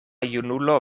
junulo